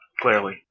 clearly